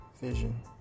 vision